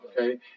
Okay